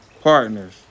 partners